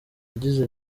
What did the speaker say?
yagize